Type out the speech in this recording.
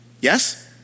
Yes